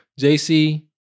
JC